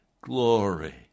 Glory